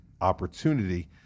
opportunity